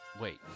Wait